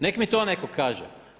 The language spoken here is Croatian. Neka mi to netko kaže.